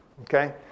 okay